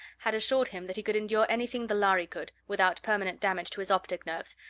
had assured him that he could endure anything the lhari could, without permanent damage to his optic nerves,